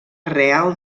real